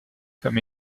comme